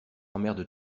emmerde